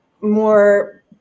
more